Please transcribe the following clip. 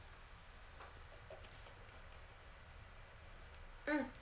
mm